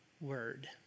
word